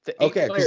Okay